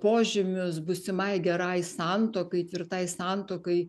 požymius būsimai gerai santuokai tvirtai santuokai